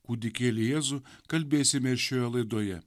kūdikėlį jėzų kalbėsime ir šioje laidoje